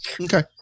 Okay